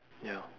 ya